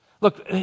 Look